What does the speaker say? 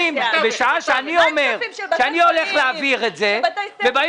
שבשעה שאני אומר שאני הולך להעביר את זה באים